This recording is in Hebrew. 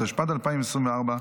התשפ"ד 2024,